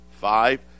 Five